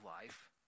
life